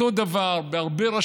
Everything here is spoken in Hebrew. אפשר להצביע על אותו דבר בהרבה רשויות: